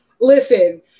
listen